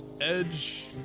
edge